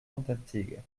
kontentige